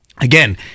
Again